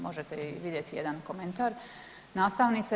Možete i vidjeti jedan komentar nastavnice.